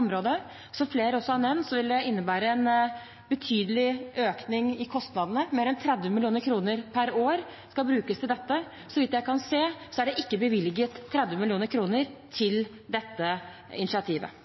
området. Som flere også har nevnt, vil det innebære en betydelig økning i kostnadene – mer enn 30 mill. kr per år skal brukes til dette. Etter det jeg kan se, er det ikke bevilget 30 mill. kr til dette initiativet.